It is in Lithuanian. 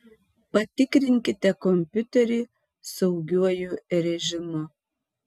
patikrinkite kompiuterį saugiuoju režimu